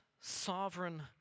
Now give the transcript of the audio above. Sovereign